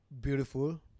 beautiful